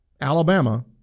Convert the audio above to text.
Alabama